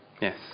Yes